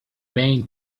vain